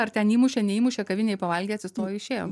ar ten įmušė neįmušė kavinėj pavalgė atsistojo išėjo